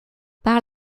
par